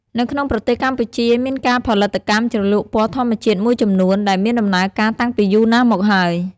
នៅក្នុងប្រទេសកម្ពុជា មានការផលិតកម្មជ្រលក់ពណ៌ធម្មជាតិមួយចំនួន ដែលមានដំណើរការតាំងពីយូរណាស់មកហើយ។